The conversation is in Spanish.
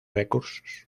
recursos